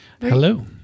Hello